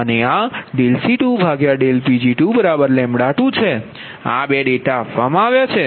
આ 1 છે અને આ 2 છે આ બે ડેટા આપવામાં આવ્યા છે